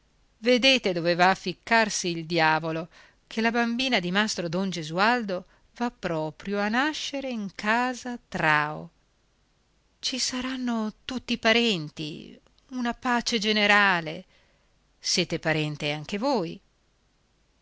dove va a ficcarsi il diavolo che la bambina di mastro don gesualdo va proprio a nascere in casa trao ci saranno tutti i parenti una pace generale siete parente anche voi